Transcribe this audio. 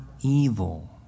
evil